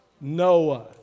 Noah